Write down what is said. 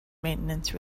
maintenance